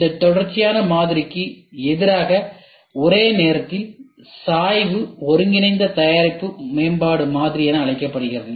இது தொடர்ச்சியான மாதிரிக்கு எதிராக ஒரே நேரத்தில் சாய்வு ஒருங்கிணைந்த தயாரிப்பு மேம்பாட்டு மாதிரி என அழைக்கப்படுகிறது